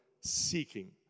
seeking